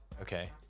Okay